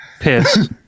piss